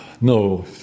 No